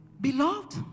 Beloved